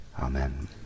Amen